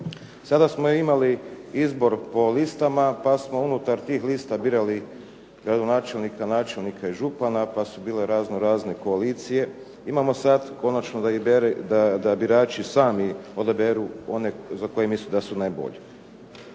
Sada smo imali izbor po listama pa smo unutar tih lista birali gradonačelnika, načelnika i župana, pa su bile razno razne koalicije. Imamo sad konačno da birači sami odaberu one za koje misle da su najbolji.